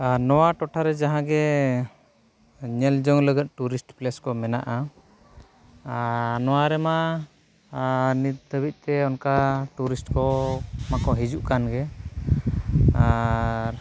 ᱟᱨ ᱱᱚᱣᱟ ᱴᱚᱴᱷᱟᱨᱮ ᱡᱟᱦᱟᱸᱜᱮ ᱧᱮᱞᱡᱚᱝ ᱞᱟᱹᱜᱤᱫ ᱴᱩᱨᱤᱥᱴ ᱯᱞᱮᱥ ᱠᱚ ᱢᱮᱱᱟᱜᱼᱟ ᱟᱨ ᱱᱚᱣᱟ ᱨᱮᱢᱟ ᱟᱨ ᱱᱤᱛ ᱫᱷᱟᱹᱵᱤᱡᱛᱮ ᱚᱱᱠᱟ ᱴᱩᱨᱤᱥᱴ ᱠᱚ ᱢᱟᱠᱚ ᱦᱤᱡᱩᱜ ᱠᱟᱱᱜᱮ ᱟᱨ